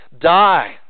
die